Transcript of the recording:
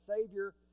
Savior